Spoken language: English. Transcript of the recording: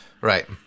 Right